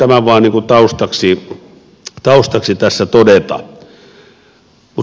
haluan tämän vain taustaksi tässä todeta